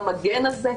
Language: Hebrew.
המגן הזה,